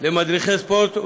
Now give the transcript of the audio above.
למדריכי ספורט,